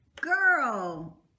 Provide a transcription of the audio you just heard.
Girl